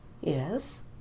Yes